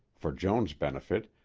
for joan's benefit,